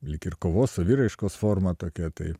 lyg ir kovos saviraiškos forma tokia tai